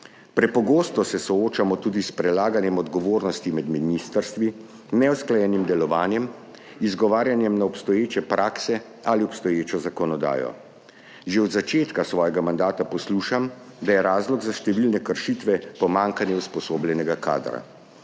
Prepogosto se soočamo tudi s prelaganjem odgovornosti med ministrstvi, neusklajenim delovanjem, izgovarjanjem na obstoječe prakse ali obstoječo zakonodajo. Že od začetka svojega mandata poslušam, da je razlog za številne kršitve pomanjkanje usposobljenega kadra.